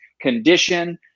condition